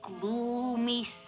gloomy